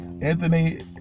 Anthony